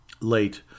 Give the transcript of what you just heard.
late